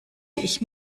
ich